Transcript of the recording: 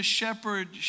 shepherd